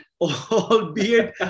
albeit